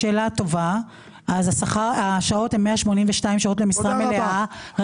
מדובר ב-182 שעות למשרה מלאה,